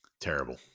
Terrible